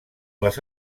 les